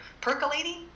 percolating